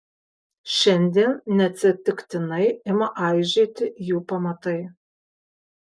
šiandien neatsitiktinai ima aižėti jų pamatai